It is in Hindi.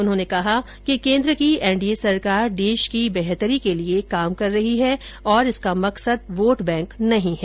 उन्होंने कहा कि केन्द्र की एनडीए सरकार देश की बेहतरी के लिए काम कर रही है और इसका मकसद वोट बैंक नहीं है